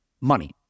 money